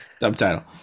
subtitle